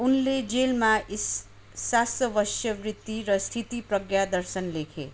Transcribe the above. उनले जेलमा ईशावास्यवृत्ति र स्थितिप्रज्ञा दर्शन लेखे